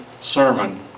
sermon